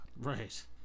Right